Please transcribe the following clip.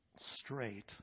straight